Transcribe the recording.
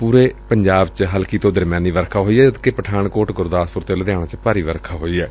ਪੂਰੇ ਪੰਜਾਬ ਚ ਹਲਕੀ ਤੋ ਦਰਮਿਆਨੀ ਵਰਖਾ ਹੋਈ ਏ ਜਦ ਕਿ ਪਠਾਨਕੋਟ ਗੁਰਦਾਸਪੁਰ ਅਤੇ ਲੁਧਿਆਣਾ ਚ ਭਾਰੀ ਵਰਖਾ ਹੋਈ ਏ